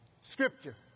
Scripture